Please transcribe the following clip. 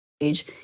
age